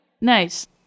Nice